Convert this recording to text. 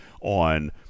on